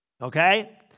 Okay